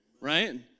right